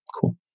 cool